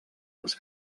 les